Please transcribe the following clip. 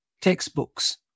textbooks